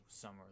summer